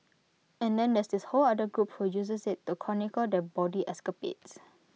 and then there's this whole other group who uses IT to chronicle their bawdy escapades